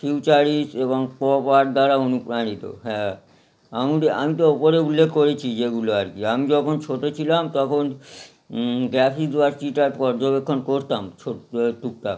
ফিউচারিস এবং প্রপার দ্বারা অনুপ্রাণিত হ্যাঁ আমি তো আমি তো উপরে উল্লেখ করেছি যেগুলো আর কি আমি যখন ছোট ছিলাম তখন গ্যাভিস ওয়ার্চিটার পর্যবেক্ষণ করতাম টুকটাক